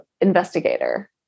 investigator